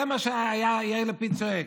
זה מה שהיה יאיר לפיד צועק.